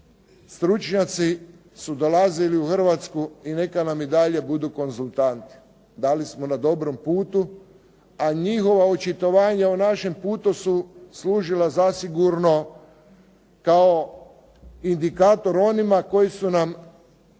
stručnjaci su dolazili u Hrvatsku i neka nam i dalje budu konzultanti da li smo na dobrom putu. A njihova očitovanja o našem putu su služila zasigurno kao indikator onima koji su nam stvarali